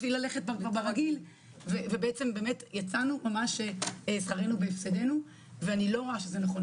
לו ללכת ברגיל ובעצם יצא ממש שכרנו בהפסדנו ואני לא רואה שזה נכון.